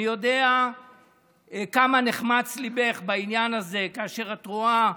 אני יודע כמה נחמץ ליבך בעניין הזה כאשר את רואה.